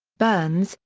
burns,